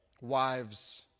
Wives